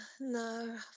No